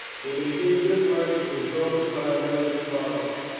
when he did good work, it was broken by another's folly.